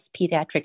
pediatric